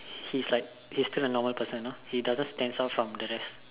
he's like he is still a normal person know he doesn't stand out from the rest